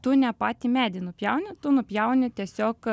tu ne patį medį nupjauni tu nupjauni tiesiog